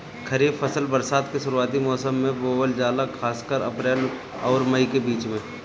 खरीफ फसल बरसात के शुरूआती मौसम में बोवल जाला खासकर अप्रैल आउर मई के बीच में